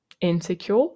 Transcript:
insecure